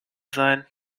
sein